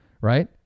right